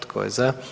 Tko je za?